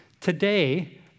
today